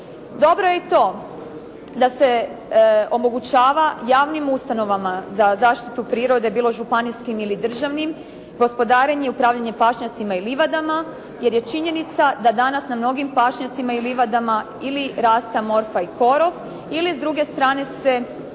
Dobro je i to da se omogućava javnim ustanovama za zaštitu prirode, bilo županijskim ili državnim gospodarenje, upravljanje pašnjacima i livadama jer je činjenica da danas na mnogim pašnjacima i livadama ili raste … /Govornica se ne razumije./ … ili s druge strane se